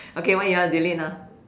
okay what you want to delete now